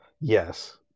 Yes